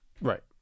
Right